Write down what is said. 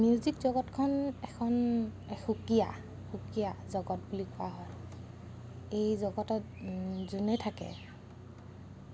music জগতখন এখন সুকীয়া সুকীয়া জগত বুলি কোৱা হয় এই জগতত যোনেই থাকে